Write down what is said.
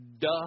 Duh